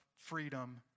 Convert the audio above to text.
freedom